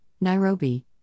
Nairobi